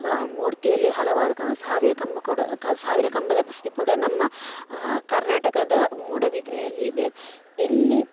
ಮೂರ್ತಿಯಲ್ಲೇ ಹಲವಾರು ಕ ಸಾವಿರ ಕಂಬ ಕೂಡ ಕ ಸಾವಿರ ಕಂಬದ ಬಸದಿ ಕೂಡ ನಮ್ಮ ಕರ್ನಾಟಕದ ಮೂಡುಬಿದ್ರೆಯಲ್ಲಿ ಇದೆ ಇಲ್ಲಿ